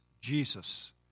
Jesus